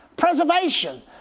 preservation